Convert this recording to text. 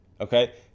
Okay